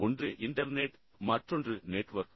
ஒன்று இன்டர்நெட் மற்றொன்று நெட்வொர்க்